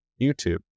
YouTube